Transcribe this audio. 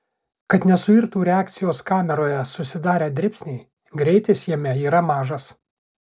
kad nesuirtų reakcijos kameroje susidarę dribsniai greitis jame yra mažas